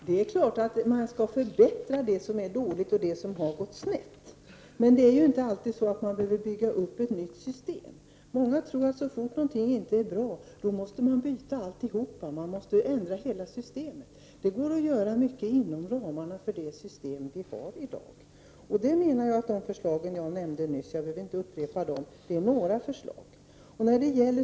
Fru talman! Det är klart att man skall förbättra det som är dåligt och det som har gått snett, men man behöver inte alltid bygga upp ett nytt system. Många tror att allt måste bytas och hela systemet ändras så fort någonting inte är bra, men det går att göra mycket inom ramen för det system som finns i dag. Jag nämnde några förslag.